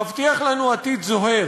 מבטיח לנו עתיד זוהר.